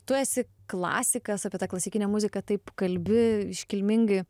tu esi klasikas apie tą klasikinę muziką taip kalbi iškilmingai